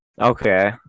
Okay